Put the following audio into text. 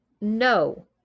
No